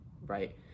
right